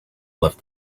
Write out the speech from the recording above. left